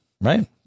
right